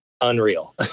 unreal